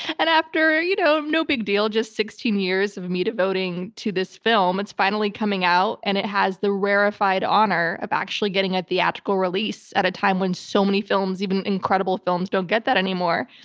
and after, you know no big deal, just sixteen years of me devoting to this film, it's finally coming out and it has the rarefied honor of actually getting a theatrical release at a time when so many films, even incredible films, don't get that anymore.